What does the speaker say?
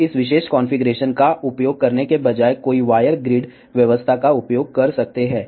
अब इस विशेष कॉन्फ़िगरेशन का उपयोग करने के बजाय कोई वायर ग्रिड व्यवस्था का उपयोग कर सकता है